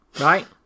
right